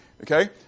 okay